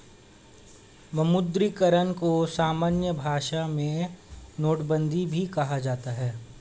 विमुद्रीकरण को सामान्य भाषा में नोटबन्दी भी कहा जाता है